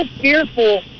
fearful